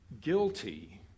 guilty